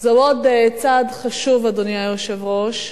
זה עוד צעד חשוב, אדוני היושב-ראש.